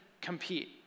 compete